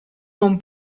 non